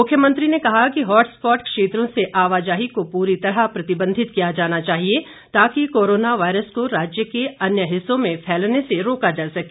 मुख्यमंत्री ने कहा कि हॉटस्पॉट क्षेत्रों से आवाजाही को पूरी तरह प्रतिबंधित किया जाना चाहिए ताकि कोरोना वायरस को राज्य के अन्य हिस्सों में फैलने से रोका जा सके